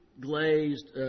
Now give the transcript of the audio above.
glazed